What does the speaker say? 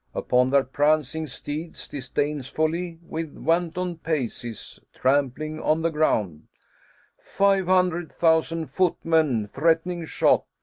upon their prancing steeds, disdainfully with wanton paces trampling on the ground five hundred thousand footmen threatening shot,